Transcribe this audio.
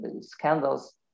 scandals